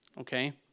okay